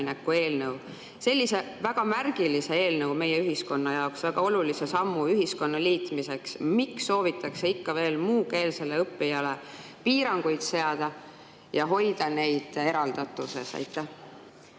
eelnõu, sellise väga märgilise eelnõu meie ühiskonna jaoks, väga olulise sammu ühiskonna liitmiseks? Miks soovitakse ikka veel muukeelsetele õppijatele piiranguid seada ja hoida neid eraldatuses? Suur